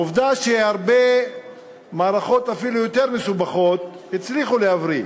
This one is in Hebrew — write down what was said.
עובדה שהרבה מערכות אפילו יותר מסובכות הצליחו להבריא.